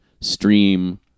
stream